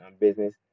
business